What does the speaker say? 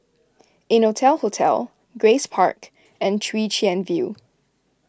Innotel Hotel Grace Park and Chwee Chian View